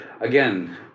again